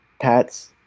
Pats